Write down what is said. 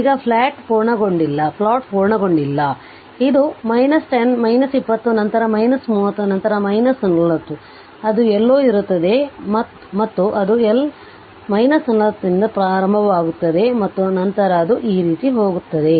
ಈಗ ಪ್ಲಾಟ್ ಪೂರ್ಣಗೊಂಡಿಲ್ಲ ಇದು 10 20 ನಂತರ 30 ನಂತರ 40 ಅದು ಎಲ್ಲೋ ಇರುತ್ತದೆ ಮತ್ತು ಅದು L 40 ನಿಂದ ಪ್ರಾರಂಭವಾಗುತ್ತದೆ ಮತ್ತು ನಂತರ ಅದು ಈ ರೀತಿ ಹೋಗುತ್ತದೆ